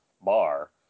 bar